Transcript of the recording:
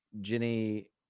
Jenny